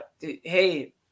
hey